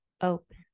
open